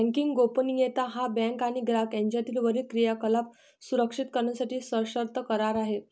banking गोपनीयता हा bank आणि ग्राहक यांच्यातील वरील क्रियाकलाप सुरक्षित करण्यासाठी सशर्त करार आहे